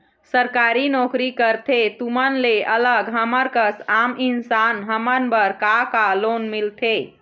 सरकारी नोकरी करथे तुमन ले अलग हमर कस आम इंसान हमन बर का का लोन मिलथे?